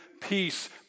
peace